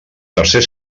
tercer